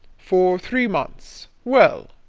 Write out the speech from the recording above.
for three months well?